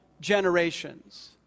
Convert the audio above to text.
generations